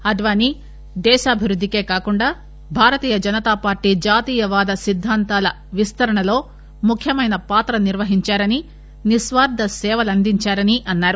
అద్వానీ దేశాభివృద్దికే కాకుండా భారతీయ జనతా పార్టీ జాతీయ వాద సిద్దాంతాల విస్తరణలో ముఖ్యమైన పాత్ర నిర్వహించారని నిస్వార్ధ సేవలందించారని అన్నారు